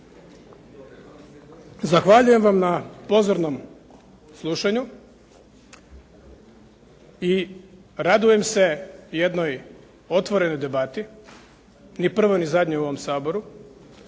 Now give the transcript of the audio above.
zahvaljujem vam na pozornom slušanju i radujem se jednoj otvorenoj debati, ni prvoj ni zadnjoj u ovom Saboru.